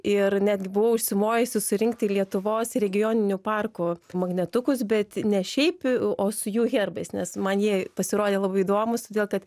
ir netgi buvau užsimojusi surinkti lietuvos regioninių parkų magnetukus bet ne šiaip o su jų herbais nes man jie pasirodė labai įdomūs todėl kad